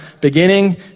beginning